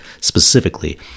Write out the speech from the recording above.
specifically